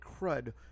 crud